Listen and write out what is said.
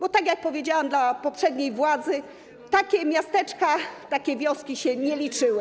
Bo, tak jak powiedziałam, dla poprzedniej władzy takie miasteczka, takie wioski się nie liczyły.